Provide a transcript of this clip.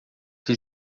que